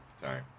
Sorry